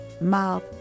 mouth